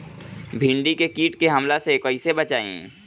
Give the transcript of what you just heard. भींडी के कीट के हमला से कइसे बचाई?